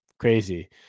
crazy